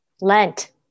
Lent